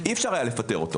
אי אפשר היה לפטר אותו